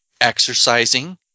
exercising